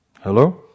hello